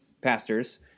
pastors